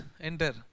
enter